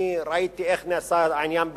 ראיתי איך נעשה העניין בשגור,